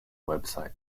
website